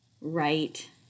right